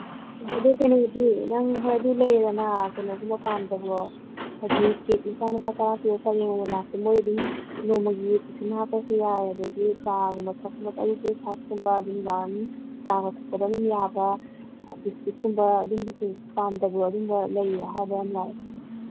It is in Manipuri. ꯑꯗ ꯑꯗꯨ ꯀꯩꯅꯣꯗꯤ ꯅꯪ ꯍꯣꯏ ꯑꯗꯨ ꯂꯩꯔꯦꯗꯅ ꯀꯩꯅꯣꯒꯤꯅ ꯃꯄꯥꯟꯒꯗꯣ ꯍꯥꯏꯗꯤ ꯀꯦꯛ ꯃꯆꯥ ꯃꯆꯥ ꯇꯔꯥ ꯄꯤꯕ ꯄꯔꯦꯡ ꯑꯣꯏꯅ ꯂꯥꯛꯄ ꯃꯣꯏ ꯑꯗꯨꯝ ꯅꯣꯡꯃꯒꯤ ꯇꯤꯐꯤꯟ ꯍꯥꯞꯄꯁꯨ ꯌꯥꯏ ꯑꯗꯒꯤ ꯆꯥꯒꯨꯝꯕ ꯊꯛꯅꯕ ꯑꯌꯨꯛ ꯕ꯭ꯔꯦꯛꯐꯥꯁꯒꯨꯝꯕ ꯑꯗꯩ ꯅꯨꯡꯗꯥꯡꯋꯥꯏꯔꯝ ꯆꯥꯒ ꯊꯛꯄꯗ ꯑꯗꯨꯝ ꯌꯥꯕ ꯕꯤꯁꯀꯨꯠꯀꯨꯝꯕ ꯑꯗꯨꯝꯕꯁꯨ ꯄꯥꯝꯗꯕ꯭ꯔꯣ ꯑꯗꯨꯝꯕ ꯂꯩ ꯑꯍꯥꯎꯕ ꯌꯥꯝ ꯂꯥꯛꯑꯦ